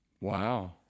Wow